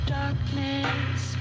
darkness